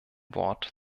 wort